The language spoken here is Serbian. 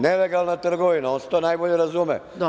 Nelegalna trgovina, on se u to najbolje razume.